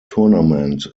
tournament